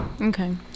Okay